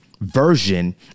version